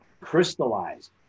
crystallized